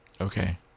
Okay